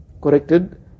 corrected